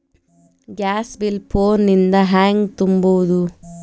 Gas bill phone ದಿಂದ ಹ್ಯಾಂಗ ತುಂಬುವುದು?